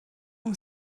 اون